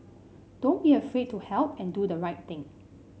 don't be afraid to help and do the right thing